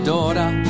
Daughter